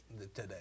today